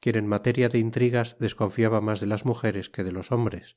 quien en materia de intrigas desconfiaba mas de las mujeres que delos hombres